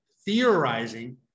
theorizing